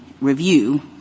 review